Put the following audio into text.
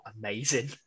amazing